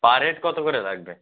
পার head কত করে লাগবে